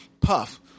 Puff